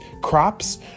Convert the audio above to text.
crops